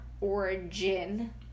origin